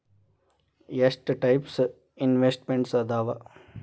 ಎಷ್ಟ types investments ಅದಾವ